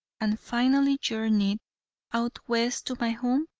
and finally journeyed out west to my home?